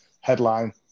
headline